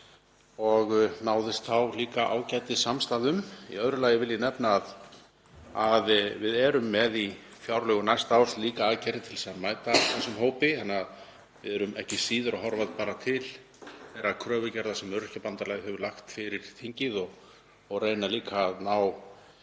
og náðist þá líka ágætissamstaða um. Í öðru lagi vil ég nefna að við erum með í fjárlögum næsta árs líka aðgerðir til að mæta þessum hóp þannig að við erum ekki síður að horfa bara til þeirrar kröfugerðar sem Öryrkjabandalagið hefur lagt fyrir þingið og reyna líka að